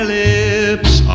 lips